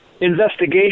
investigation